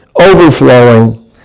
overflowing